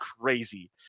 crazy